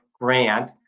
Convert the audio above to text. Grant